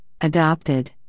adopted